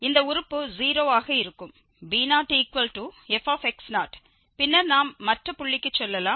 இந்த உறுப்பு 0 ஆக இருக்கும் b0fx0 பின்னர் நாம் மற்ற புள்ளிக்கு செல்லலாம் இது x1